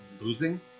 losing